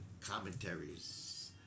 commentaries